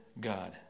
God